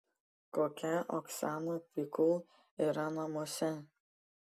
kokia oksana pikul yra namuose